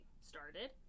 started